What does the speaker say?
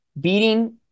beating